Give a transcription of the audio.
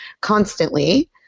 constantly